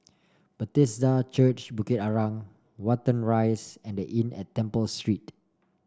Bethesda Church Bukit Arang Watten Rise and The Inn at Temple Street